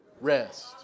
rest